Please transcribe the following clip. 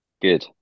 Good